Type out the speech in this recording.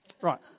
Right